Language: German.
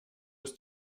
ist